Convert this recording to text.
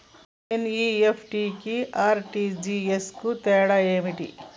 NEFT కి RTGS కు తేడా ఏంటిది?